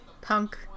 Punk